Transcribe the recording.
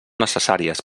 necessàries